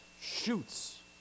shoots